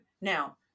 now